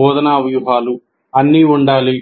బోధనా వ్యూహాలు అన్నీ ఉండాలి